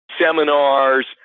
seminars